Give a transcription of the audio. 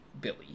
billy